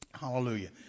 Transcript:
Hallelujah